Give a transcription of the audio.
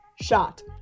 shot